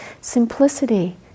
Simplicity